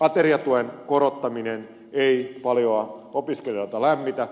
ateriatuen korottaminen ei paljoa opiskelijoita lämmitä